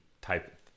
type